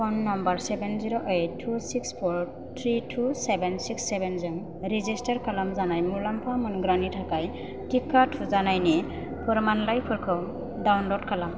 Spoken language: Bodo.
phone number seven zero eight two six four three two seven six seven जों रेजिस्टार खालामजानाय मुलाम्फा मोनग्रानि थाखाय टिका थुजानायनि फोरमानलाइफोरखौ डाउनल'ड खालाम